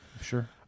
Sure